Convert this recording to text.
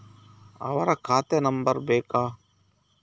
ಅವರ ಖಾತೆ ನಂಬರ್ ಬೇಕಾ?